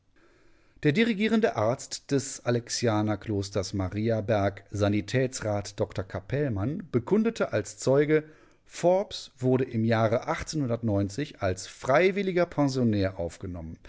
der dirigierende arzt des alexianerklosters mariaberg sanitätsrat dr capellmann bekundete als zeuge forbes wurde im jahre als freiwilliger pensionär aufgenommen